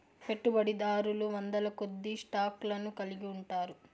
పెట్టుబడిదారులు వందలకొద్దీ స్టాక్ లను కలిగి ఉంటారు